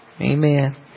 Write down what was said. Amen